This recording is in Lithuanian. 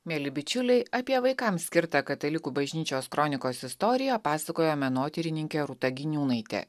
mieli bičiuliai apie vaikams skirtą katalikų bažnyčios kronikos istoriją pasakojo menotyrininkė rūta giniūnaitė